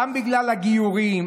גם בגלל הגיורים.